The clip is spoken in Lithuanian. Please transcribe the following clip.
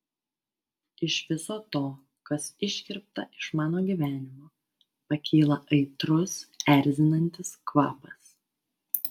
iš viso to kas iškirpta iš mano gyvenimo pakyla aitrus erzinantis kvapas